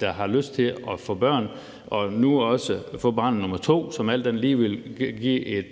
der har lyst til at få børn og nu også få barn nummer to, hvilket alt andet lige vil give et